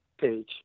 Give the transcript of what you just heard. page